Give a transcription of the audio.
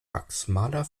wachsmaler